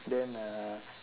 then uh